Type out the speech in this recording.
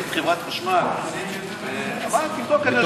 הבאתי את חברת חשמל ואמרתי שתבדוק.